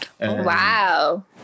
Wow